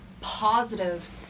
positive